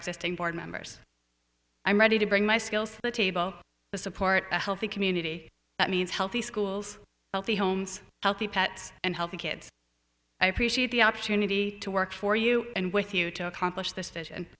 existing board members i'm ready to bring my skills the table the support the healthy community that means healthy schools healthy homes healthy pets and healthy kids i appreciate the opportunity to work for you and with you to accomplish this